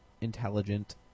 intelligent